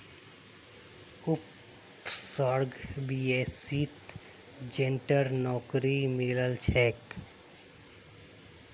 उपसर्गक बीएसईत एजेंटेर नौकरी मिलील छ